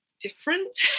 different